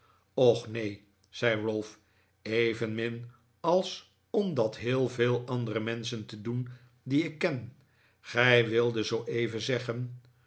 ralph evenmin als om dat heel veel andere menschen te doen die ik ken gij wildet zooeven zeggen